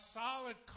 solid